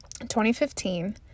2015